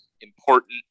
important